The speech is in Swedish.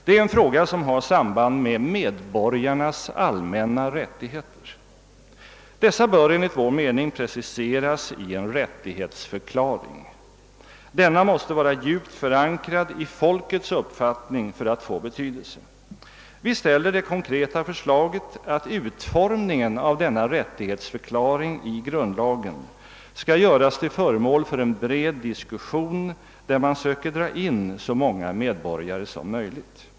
Det är en fråga som har samband med medborgarnas allmänna rättigheter. Dessa bör enligt vår mening preciseras i en rättighetsförklaring. Denna måste vara djupt förankrad i folkets uppfattning för att få betydelse. Vi ställer det konkreta förslaget att utformningen av grundlagens rättighetsförklaring skall göras till föremål för en bred diskussion, i vilken man söker dra in så många medborgare som möjligt.